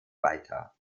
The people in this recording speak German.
weiter